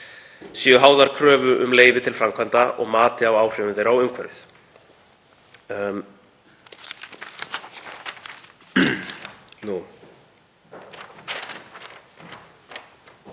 séu háðar kröfu um leyfi til framkvæmda og mati á áhrifum þeirra á umhverfið.